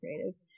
creative